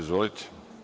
Izvolite.